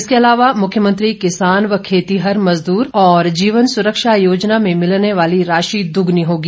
इसके अलावा मुख्यमंत्री किसान व खेतीहर मजदूर और जीवन सुरक्षा योजना में मिलने वाली राशि दोगुनी होगी